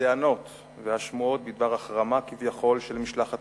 הטענות והשמועות בדבר החרמה כביכול של משלחת